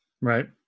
Right